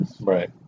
Right